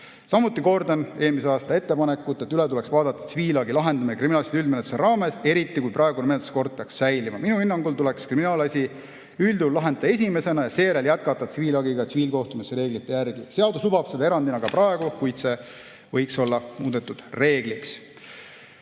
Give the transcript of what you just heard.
Samuti kordan eelmise aasta ettepanekut, et üle tuleks vaadata tsiviilhagi lahendamine kriminaalasjade üldmenetluse raames, eriti kui praegune menetluskord peaks säilima. Minu hinnangul tuleks kriminaalasi üldjuhul lahendada esimesena ja seejärel jätkata tsiviilhagiga tsiviilkohtumenetluse reeglite järgi. Seadus lubab seda erandina ka praegu, kuid see võiks olla muudetud reegliks.